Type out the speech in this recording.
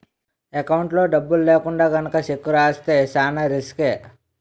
ఎకౌంట్లో డబ్బులు లేకుండా గనక చెక్కు రాస్తే చానా రిసుకే